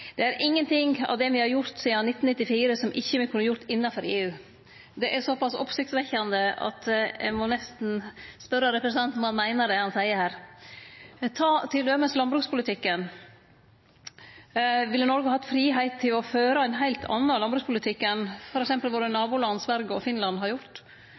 det er ingenting i det me har gjort sidan 1994, som me ikkje kunne ha gjort innanfor EU. Det er såpass oppsiktsvekkjande at eg må spørje representanten om han meiner det han seier her. Sjå på t.d. landbrukspolitikken: Ville Noreg hatt fridom til å føre ein heilt anna landbrukspolitikk enn t.d. våre naboland Sverige og Finland har gjort?